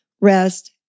rest